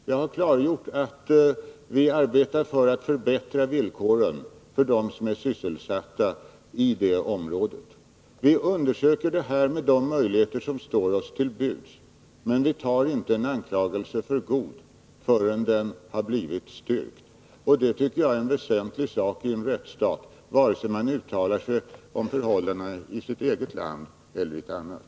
Jag har klargjort att vi arbetar för att förbättra villkoren för dem som är sysselsatta i detta område. Och vi undersöker frågan med de möjligheter som står oss till buds. Men vi tar inte en anklagelse för god förrän den har blivit styrkt. Och det tycker jag är väsentligt i en rättsstat, oavsett om man uttalar sig om förhållanden i sitt eget land eller i något annat.